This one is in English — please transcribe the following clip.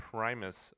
Primus